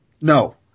No